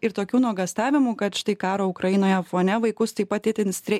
ir tokių nuogąstavimų kad štai karo ukrainoje fone vaikus taip pat itin strei